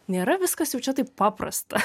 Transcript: nėra viskas jau čia taip paprasta